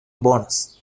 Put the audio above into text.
bonus